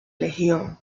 legión